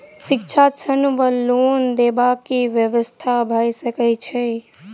शिक्षा ऋण वा लोन देबाक की व्यवस्था भऽ सकै छै?